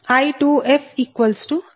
I2fI1f j4